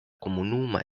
komunumo